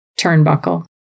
Turnbuckle